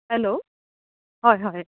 hello হয় হয়